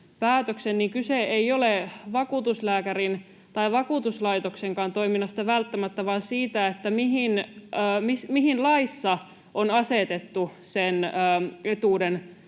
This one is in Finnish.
tai vakuutuslaitoksenkaan toiminnasta välttämättä vaan siitä, mihin laissa on asetettu päätöksen